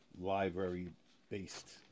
library-based